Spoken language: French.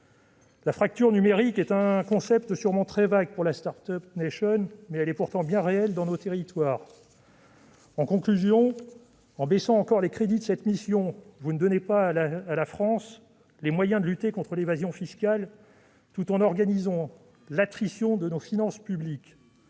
La fracture numérique est un concept sûrement très vague pour la « start-up nation », mais elle est pourtant bien réelle dans nos territoires. En réduisant encore les crédits de cette mission, vous privez la France des moyens de lutter contre l'évasion fiscale tout en organisant l'attrition de nos finances publiques.